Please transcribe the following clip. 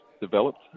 developed